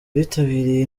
bitabiriye